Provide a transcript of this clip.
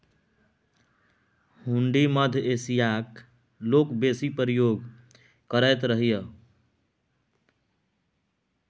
हुंडी मध्य एशियाक लोक बेसी प्रयोग करैत रहय